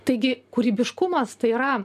taigi kūrybiškumas tai yra